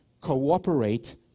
cooperate